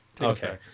Okay